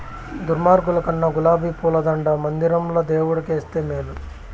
దుర్మార్గుల కన్నా గులాబీ పూల దండ మందిరంల దేవుడు కేస్తే మేలు